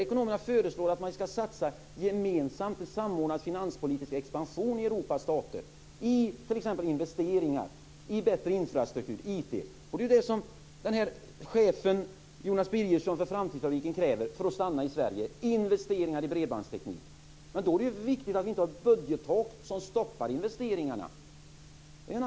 Ekonomerna föreslår att man skall satsa på en samordnad finanspolitisk expansion i Europas stater, t.ex. på investeringar i bättre infrastruktur och IT. Det är detta som chefen för Framtidsfabriken, Jonas Birgersson, kräver för att stanna i Sverige - investeringar i bredbandsteknik. Då är det viktigt att vi inte har ett budgettak som stoppar investeringar.